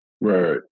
Right